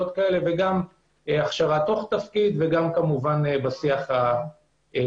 כאלה וגם הכשרה תוך תפקיד וגם בשיח הקבוע.